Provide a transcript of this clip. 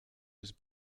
was